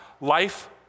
Life